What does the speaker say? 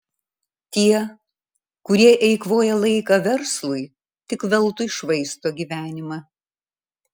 tie kurie eikvoja laiką verslui tik veltui švaisto gyvenimą